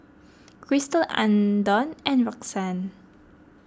Christel andon and Roxann